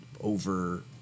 over